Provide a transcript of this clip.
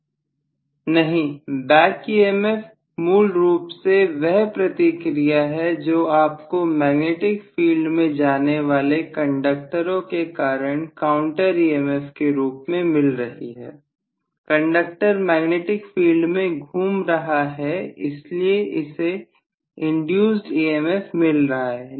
professor नहीं back EMF मूल रूप से वह प्रतिक्रिया है जो आपको मैग्नेटिक फील्ड में जाने वाले कंडक्टरों के कारण काउंटर ईएमएफ के रूप में मिल रही है कंडक्टर मैग्नेटिक फील्ड में घूम रहा है हैं इसलिए इसे इंड्यूस्ड EMF मिल रहा है